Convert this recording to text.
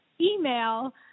email